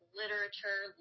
literature